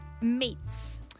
meats